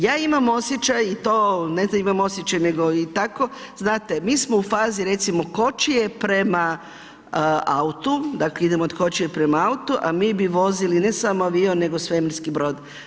Ja imam osjećaj i to ne da imam osjećaj, nego i tako, znate, mi smo u fazi recimo kočije prema autu, dakle, idemo od kočije prema autu, a mi bi vozili ne samo avion nego svemirski brod.